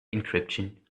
encryption